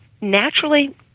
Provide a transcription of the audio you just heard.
naturally